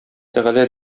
тәгалә